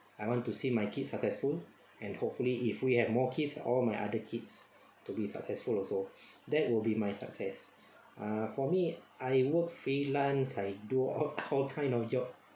I want to see my kids successful and hopefully if we have more kids all my other kids to be successful also that will be my success uh for me I work freelance I do all kind of job